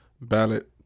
ballot